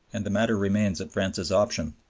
and the matter remains at france's option.